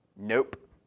Nope